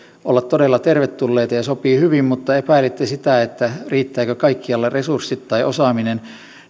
olla todella tervetulleita ja sopia hyvin mutta epäilitte sitä riittääkö kaikkialla resurssit tai osaaminen